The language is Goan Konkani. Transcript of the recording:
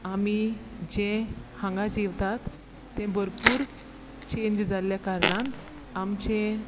आमी जें हांगा जेवतात तें भरपूर चेंज जाल्ल्या कारणांत आमचें